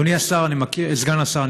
אדוני סגן השר,